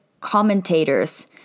commentators